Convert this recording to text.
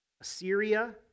Assyria